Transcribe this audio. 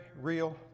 real